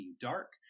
Dark